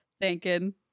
thanking